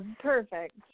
perfect